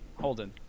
Holden